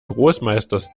großmeisters